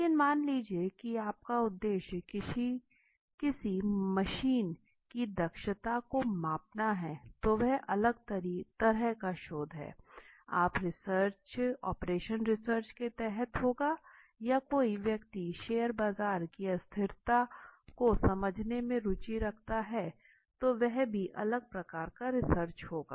लेकिन मान लीजिए कि आपका उद्देश्य किसी मशीन की दक्षता को मापना है तो वह अलग तरह का शोध है जो ऑपरेशन रिसर्च के तहत होगा या कोई व्यक्ति शेयर बाजार की अस्थिरता को समझने में रुचि रखता है तो वह भी अलग प्रकार का रिसर्च होगा